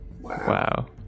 Wow